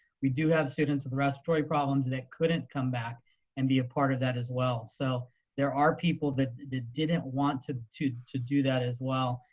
we do have students with respiratory problems and that couldn't come back and be a part of that as well. so there are people that didn't want to to do that as well.